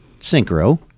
synchro